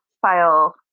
file